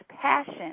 passion